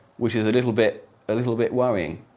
which is a little bit, a little bit worrying.